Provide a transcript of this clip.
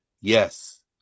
Yes